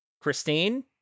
christine